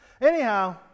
Anyhow